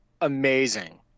amazing